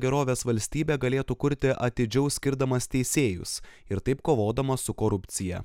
gerovės valstybę galėtų kurti atidžiau skirdamas teisėjus ir taip kovodamas su korupcija